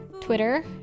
Twitter